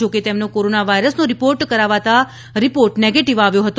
જોકે તેમનો કોરોના વાયરસનો રીપોર્ટ કરાવાતાં રીપોર્ટ નેગેટિવ આવ્યો હતો